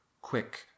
quick